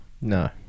no